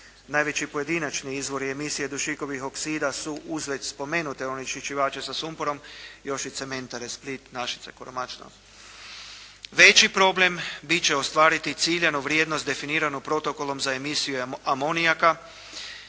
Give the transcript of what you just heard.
Najveći pojedinačni izvori emisije dušikovih oksida su, uz već spomenute onečišćivače sa sumporom, još i cementare Split, Našice, Koromačno. Veći problem biti će ostvariti ciljanu vrijednost definiranu Protokolom za emisiju amonijaka,